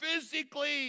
physically